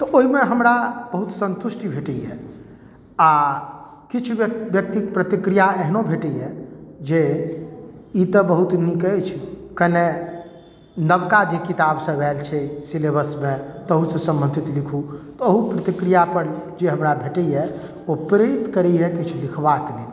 तऽ ओहिमे हमरा बहुत सन्तुष्टि भेटैए आ किछु व्य व्यक्तिक प्रतिक्रिया एहनो भेटैए जे ई तऽ बहुत नीक अछि कनेक नवका जे किताबसभ आयल छै सिलेबसमे तहूसँ सम्बन्धित लिखू एहू प्रतिक्रियापर जे हमरा भेटैए ओ प्रेरित करैए किछु लिखबाक लेल